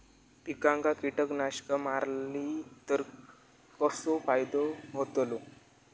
पिकांक कीटकनाशका मारली तर कसो फायदो होतलो?